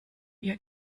ihr